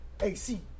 A-C